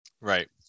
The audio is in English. Right